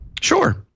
Sure